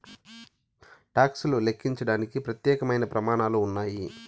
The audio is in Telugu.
టాక్స్ లను లెక్కించడానికి ప్రత్యేకమైన ప్రమాణాలు ఉన్నాయి